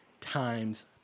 times